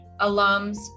alums